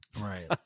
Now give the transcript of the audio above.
Right